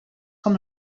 com